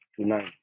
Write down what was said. tonight